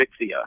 Vixia